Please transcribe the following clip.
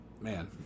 man